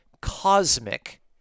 cosmic